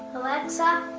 alexa,